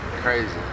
crazy